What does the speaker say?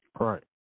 Right